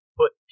put